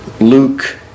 Luke